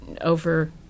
over